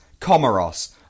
Comoros